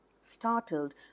Startled